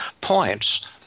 points